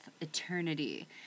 eternity